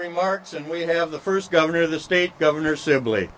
remarks and we have the first governor of the state governor simply